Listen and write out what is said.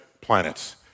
planets